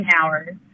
hours